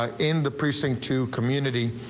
ah in the precinct to community.